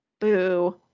Boo